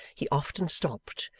he often stopped,